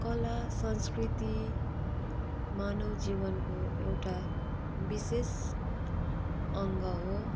कला संस्कृति मानव जीवनको एउटा विशेष अङ्ग हो